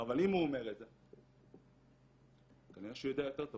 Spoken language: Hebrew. אבל אם הוא אומר את זה כנראה שהוא יודע יותר טוב